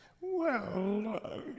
Well